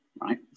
right